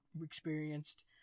experienced